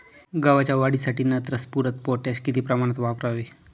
गव्हाच्या वाढीसाठी नत्र, स्फुरद, पोटॅश किती प्रमाणात वापरावे?